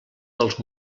dels